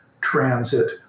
transit